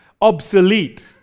obsolete